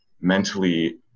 mentally